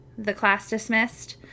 theclassdismissed